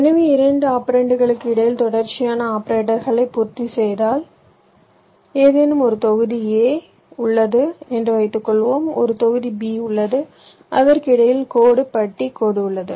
எனவே இரண்டு ஆபரேண்ட்களுக்கு இடையில் தொடர்ச்சியான ஆபரேட்டர்களைப் பூர்த்தி செய்தால் ஏதேனும் ஒரு தொகுதி a உள்ளது என்று வைத்துக்கொள்வோம் ஒரு தொகுதி b உள்ளது அதற்கு இடையில் கோடு பட்டி கோடு உள்ளது